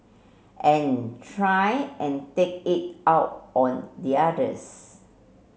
and try and take it out on the others